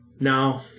No